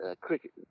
Cricket